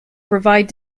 provide